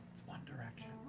it's one direction.